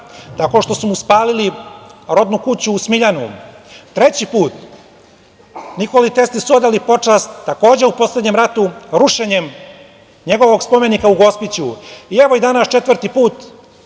tako što su mu spalili rodnu kuću u Smiljanu. Treći put, Nikoli Tesli su odali počast takođe u poslednjem ratu, rušenjem njegovog spomenika u Gospiću. Evo, i danas po četvrti put